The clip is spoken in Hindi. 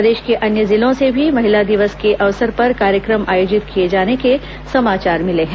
प्रदेश के अन्य जिलों से भी महिला दिवस के अवसर पर कार्यक्रम आयोजित किए जाने के समाचार मिले हैं